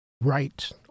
right